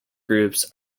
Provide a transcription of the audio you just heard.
groups